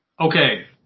Okay